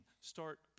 Start